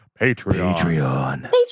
Patreon